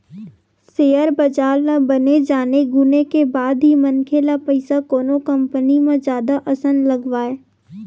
share बजार ल बने जाने गुने के बाद ही मनखे ल पइसा कोनो कंपनी म जादा असन लगवाय